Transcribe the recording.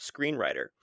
screenwriter